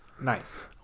nice